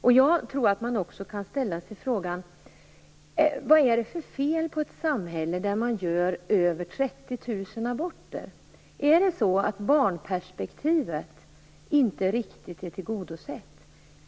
Jag tror också att man kan ställa sig frågan: Vad är det för fel på ett samhälle där det görs över 30 000 aborter? Är barnperspektivet inte riktigt tillgodosett?